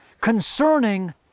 concerning